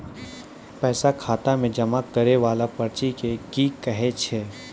पैसा खाता मे जमा करैय वाला पर्ची के की कहेय छै?